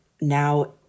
now